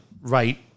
right